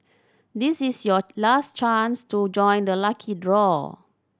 this is your last chance to join the lucky draw